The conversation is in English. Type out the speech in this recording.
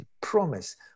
promise